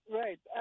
right